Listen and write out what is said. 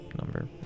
number